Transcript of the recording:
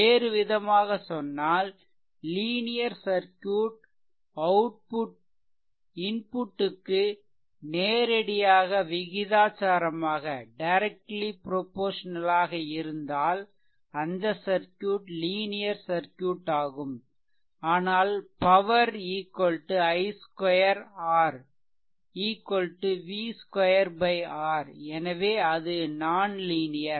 வேறுவிதமாக சொன்னால் linear circuit output இன்புட்க்கு நேரடியாக விகிதாசாரமாக இருந்தால் அந்த சர்க்யூட் லீனியர் சர்க்யூட் ஆகும் ஆனால் power p i2 R v2 R ஆகவே அது நான்லீனியர்